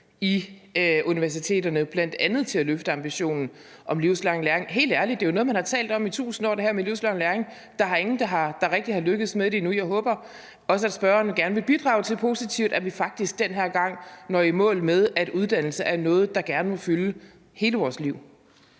i universiteterne, jo bl.a. til at løfte ambitionen om livslang læring. Helt ærligt, det her med livslang læring er jo noget, man har talt om i tusind år. Der er ingen, der rigtig er lykkedes med det endnu, og jeg håber også, at spørgeren gerne vil bidrage positivt til, at vi faktisk den her gang når i mål med, at uddannelse er noget, der gerne må fylde hele vores liv.